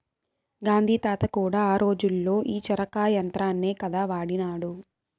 గాంధీ తాత కూడా ఆ రోజుల్లో ఈ చరకా యంత్రాన్నే కదా వాడినాడు